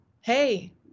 Hey